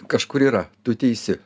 kažkur yra tu teisi